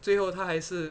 最后她还是